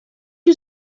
you